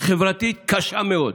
חברתית קשה מאוד.